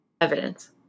evidence